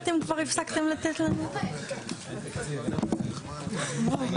(הישיבה נפסקה בשעה 14:05 ונתחדשה בשעה 14:38.